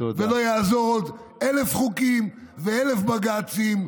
ולא יעזרו עוד אלף חוקים ואלף בג"צים.